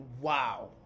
Wow